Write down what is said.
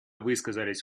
высказались